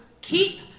keep